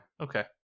Okay